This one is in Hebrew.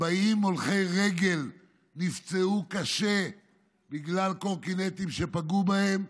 40 הולכי רגל נפצעו קשה בגלל קורקינטים שפגעו בהם,